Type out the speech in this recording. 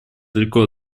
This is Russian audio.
далеко